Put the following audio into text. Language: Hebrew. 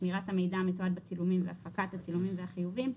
שמירת המידע המתועד בצילומים והפקת הצילומים והחיובים,